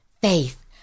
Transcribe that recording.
faith